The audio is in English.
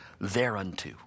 Thereunto